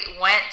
went